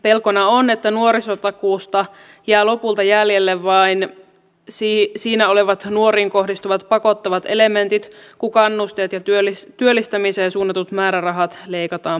pelkona on että nuorisotakuusta jää lopulta jäljelle vain siinä olevat nuoriin kohdistuvat pakottavat elementit kun kannusteet ja työllistämiseen suunnatut määrärahat leikataan pois